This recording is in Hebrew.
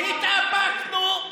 התאפקנו,